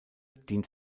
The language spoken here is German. dient